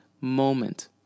moment